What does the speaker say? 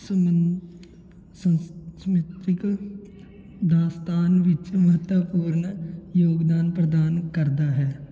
ਸਮਿਤੀਕ ਦਾਸਤਾਨ ਵਿੱਚ ਮਹੱਤਵਪੂਰਨ ਯੋਗਦਾਨ ਪ੍ਰਦਾਨ ਕਰਦਾ ਹੈ